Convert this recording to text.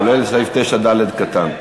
כולל סעיף 9(ד) כולל,